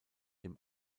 dem